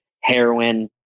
heroin